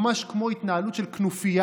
ממש כמו התנהלות של כנופיה,